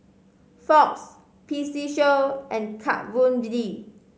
Fox P C Show and Kat Von D